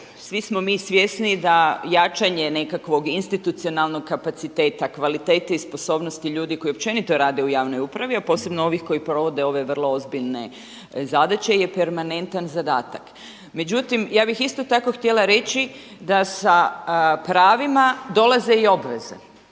svi smo mi svjesni da jačanje nekakvog institucionalnog kapaciteta kvalitete i sposobnosti ljudi koji općenito rade u javnoj upravi, a posebno ovi koji provode ove vrlo ozbiljne zadaće je permanentan zadatak. Međutim ja bih isto tak htjela reći da sa pravima dolaze i obveze